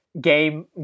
game